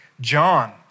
John